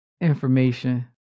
information